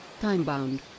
time-bound